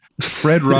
Fred